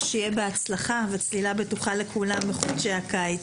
שיהיה בהצלחה וצלילה בטוחה לכולנו בחודשי הקיץ.